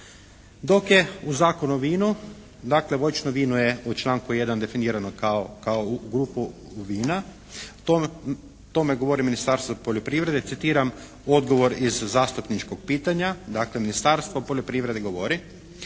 dok je u Zakonu o vinu dakle voćno vino je u članku 1. definirano kao …/Govornik se ne razumije./… vina. O tome govori Ministarstvo poljoprivrede, citiram odgovor iz zastupničkog pitanja. Dakle, Ministarstvo poljoprivrede govori,